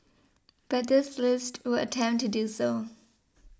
but this list would attempt to do so